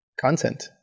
content